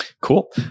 Cool